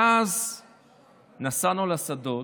ואז נסענו לשדות,